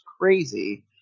crazy